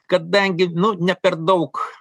kadangi nu ne per daug